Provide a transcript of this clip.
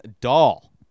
Doll